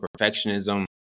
perfectionism